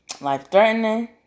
life-threatening